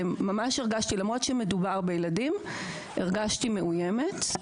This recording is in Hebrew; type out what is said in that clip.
למרות שמדובר בילדים, הרגשתי מאוימת.